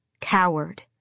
Coward